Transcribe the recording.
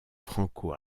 franco